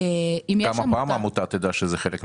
גם הפעם העמותה תדע שזה חלק מהתהליך.